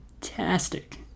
fantastic